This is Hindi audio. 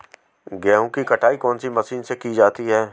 गेहूँ की कटाई कौनसी मशीन से की जाती है?